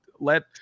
let